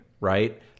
right